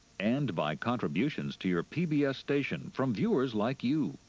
and by contributions to your pbs station from viewers like you.